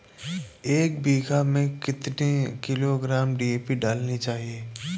एक बीघा खेत में कितनी किलोग्राम डी.ए.पी डालनी चाहिए?